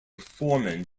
foreman